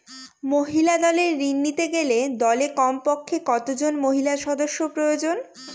মহিলা দলের ঋণ নিতে গেলে দলে কমপক্ষে কত জন মহিলা সদস্য প্রয়োজন?